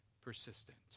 persistent